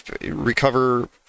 recover